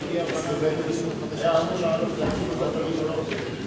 היה אמור להעלות ולהציג אותה דוד רותם,